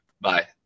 Bye